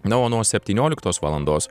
na o nuo septynioliktos valandos